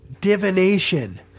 divination